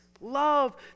love